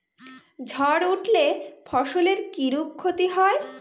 ঝড় উঠলে ফসলের কিরূপ ক্ষতি হয়?